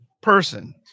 person